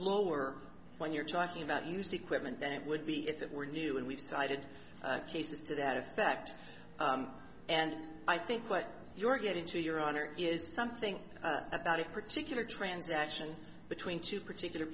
lower when you're talking about used equipment than it would be if it were new and we've cited cases to that effect and i think what you're getting to your honor is something about a particular transaction between two particular